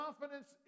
confidence